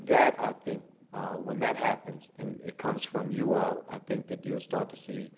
that, i think when that happens and it comes from you all, i think that you'll start to see